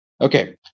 Okay